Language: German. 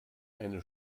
eine